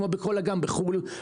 כמו בכל אגם בחו"ל,